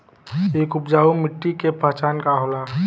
एक उपजाऊ मिट्टी के पहचान का होला?